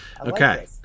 Okay